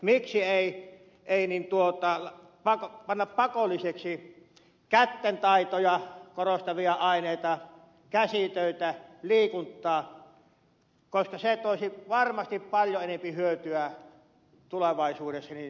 miksi ei panna enemmän pakolliseksi kättentaitoja korostavia aineita käsitöitä liikuntaa koska se toisi varmasti paljon enempi hyötyä tulevaisuudessa suomelle